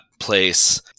place